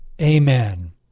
Amen